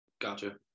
Gotcha